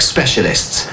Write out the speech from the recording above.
Specialists